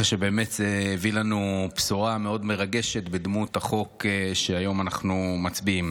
אחרי שבאמת הביא לנו בשורה מאוד מרגשת בדמות החוק שהיום אנחנו מצביעים